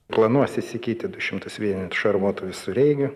planuos įsigyti du šimtus vienetų šarvuotų visureigių